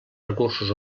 recursos